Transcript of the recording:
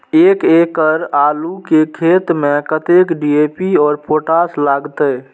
एक एकड़ आलू के खेत में कतेक डी.ए.पी और पोटाश लागते?